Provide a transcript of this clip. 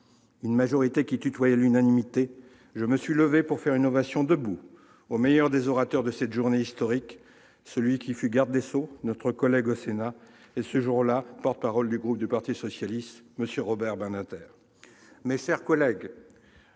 une majorité qui tutoyait l'unanimité -, je me suis levé pour faire une ovation debout au meilleur des orateurs de cette journée historique, celui qui fut garde des sceaux, notre collègue au Sénat, qui était, ce jour-là, le porte-parole du groupe du parti socialiste : M. Robert Badinter. Mes chers collègues,